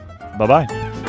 Bye-bye